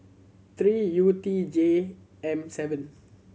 three U T J M seven